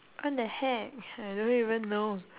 what the heck I don't even know